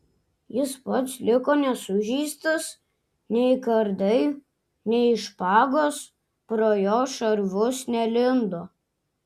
jis pats liko nesužeistas nei kardai nei špagos pro jo šarvus nelindo